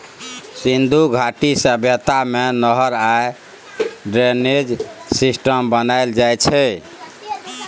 सिन्धु घाटी सभ्यता मे नहर आ ड्रेनेज सिस्टम बनाएल जाइ छै